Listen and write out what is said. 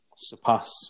surpass